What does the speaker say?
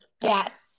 Yes